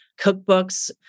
cookbooks